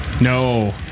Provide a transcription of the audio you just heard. No